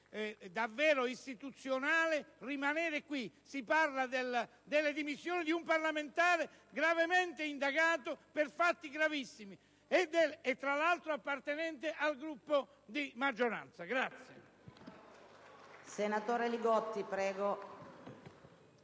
piano istituzionale rimanere qui. Stiamo parlando delle dimissioni di un parlamentare indagato per fatti gravissimi e tra l'altro appartenente al Gruppo di maggioranza.